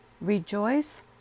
Rejoice